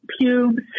Pubes